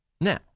Now